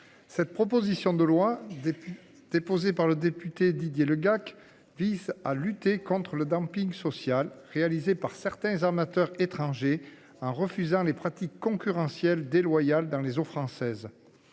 cette proposition de loi, déposée par le député Didier Le Gac, vise à lutter contre le dumping social pratiqué par certains armateurs étrangers en refusant les pratiques concurrentielles déloyales dans les eaux françaises.